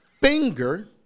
finger